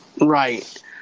Right